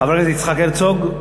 חבר הכנסת יצחק הרצוג,